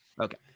okay